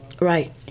Right